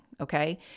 okay